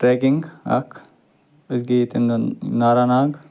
trekking اَکھ أسۍ گٔے ییٚتیٚن گَنٛگ ناراناگ